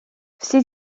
всі